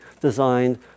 designed